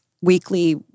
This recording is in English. weekly